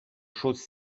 choses